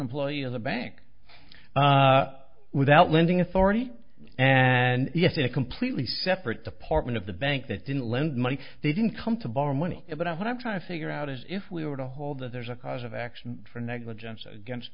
employee of the bank without lending authority and yet in a completely separate department of the bank that didn't lend money they didn't come to borrow money but what i'm trying to figure out is if we were to hold that there's a cause of action for negligence against